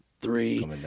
three